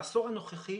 העשור הנוכחי,